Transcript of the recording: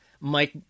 Mike